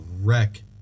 wreck